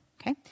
Okay